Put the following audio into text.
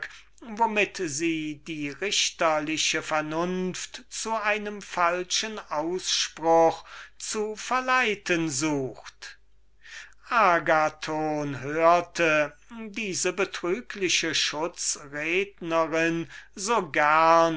womit sie die richterliche vernunft zu einem falschen ausspruch zu verleiten sucht agathon hörte diese betriegliche apologistin so